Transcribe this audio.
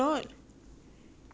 养狗养猫 lor